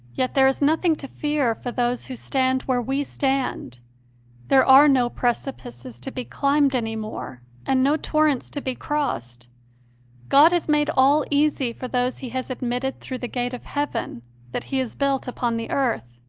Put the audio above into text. yet there is nothing to fear for those who stand where we stand there are no precipices to be climbed any more and no torrents to be crossed god has made all easy for those he has admitted through the gate of heaven that he has built upon the earth